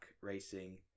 Racing